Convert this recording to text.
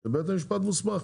בית המשפט מוסמך.